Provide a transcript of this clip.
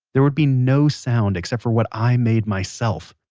there would be no sound except for what i made myself.